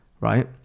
right